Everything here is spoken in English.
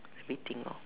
everything lor